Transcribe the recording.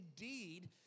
indeed